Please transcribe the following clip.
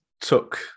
took